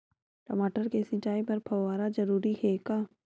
टमाटर के सिंचाई बर फव्वारा जरूरी हे का?